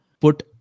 put